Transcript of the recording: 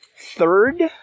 third